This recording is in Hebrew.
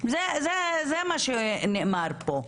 זה מה שנאמר פה.